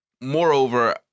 moreover